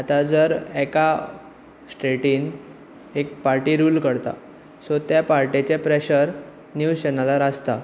आतां जर एका स्टेटीन एक पार्टी रूल करता सो त्या पार्टेचे प्रेशर न्यूज चेनलार आसता